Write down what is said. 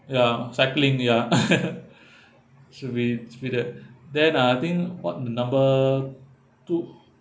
ya cycling ya should be should be that then I think what the number two